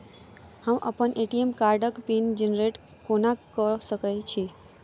हम अप्पन ए.टी.एम कार्डक पिन जेनरेट कोना कऽ सकैत छी?